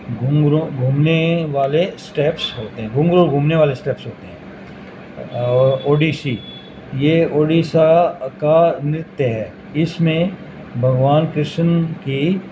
گھنگھرو گھومنے والے اسٹیپس ہوتے ہیں گھنگرو گھومنے والے اسٹیپس ہوتے ہیں اور اوڈیشی یہ اڈیسہ کا نرتیہ ہے اس میں بھگوان کرشن کی